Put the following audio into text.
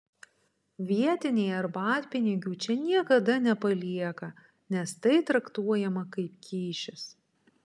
vietiniai arbatpinigių čia niekada nepalieka nes tai traktuojama kaip kyšis